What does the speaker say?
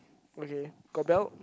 okay got belt